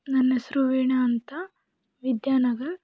ನನ್ನ ಹೆಸ್ರು ವೀಣಾ ಅಂತ ವಿದ್ಯಾನಗರ್